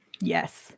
Yes